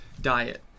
diet